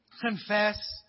confess